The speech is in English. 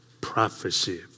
prophecy